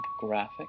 graphic